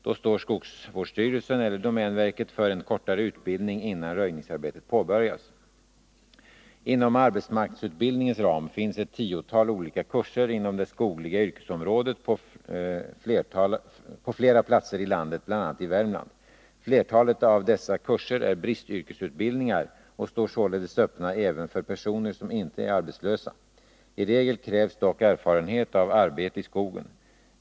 Då står skogsvårdsstyrelsen eller domänverket för en kortare utbildning innan röjningsarbetet påbörjas. Inom arbetsmarknadsutbildningens ram finns ett tiotal olika kurser inom det skogliga yrkesområdet på flera platser i landet, bl.a. i Värmland. Flertalet av dessa kurser är bristyrkesutbildningar och står således öppna även för personer som inte är arbetslösa. I regel krävs dock erfarenhet av arbete i skogen.